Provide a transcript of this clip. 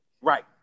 Right